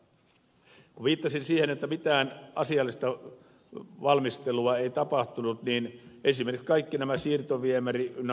kun viittasin siihen että mitään asiallista valmistelua ei tapahtunut niin esimerkiksi kaikki nämä siirtoviemäri ynnä muuta